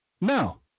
No